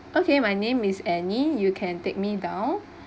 okay my name is annie you can take me down